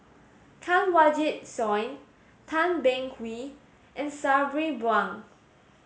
Kanwaljit Soin Tan Beng Swee and Sabri Buang